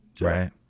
right